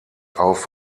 auf